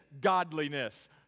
godliness